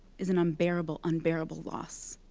is an unbearable, unbearable loss.